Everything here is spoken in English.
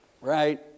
right